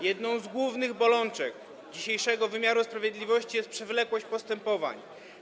Jedną z głównych bolączek dzisiejszego wymiaru sprawiedliwości jest przewlekłość postępowań.